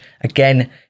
again